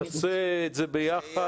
נעשה את זה ביחד,